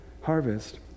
harvest